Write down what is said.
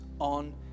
on